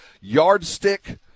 yardstick